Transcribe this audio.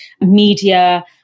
media